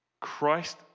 Christ